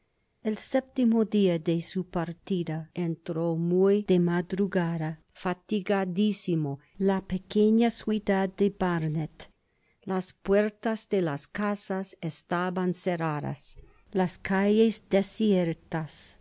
el séptimo dia de su partida entró muy de madrugada fatigadisimo eu la pequeña ciudad de barnet las puertas de tos casas estaban cerradas las calles desiertas